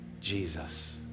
Jesus